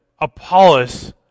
Apollos